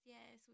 Yes